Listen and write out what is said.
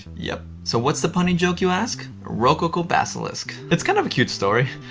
yep. so what's the punny joke, you ask? rococo basilisk. it's kind of a cute story.